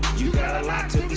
you got a lot to